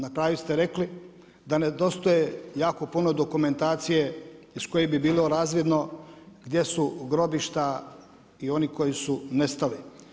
Na kraju ste rekli da nedostaje jako puno dokumentacije iz koje bi bilo razvidno gdje su grobišta i oni koji su nestali.